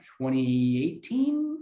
2018